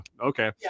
Okay